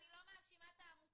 אני לא מאשימה את העמותות,